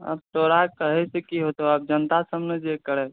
तोरा कहैसँ की होतौ आब जनता सब ने जे करै